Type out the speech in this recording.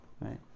right